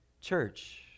Church